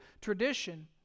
tradition